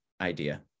idea